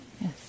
Yes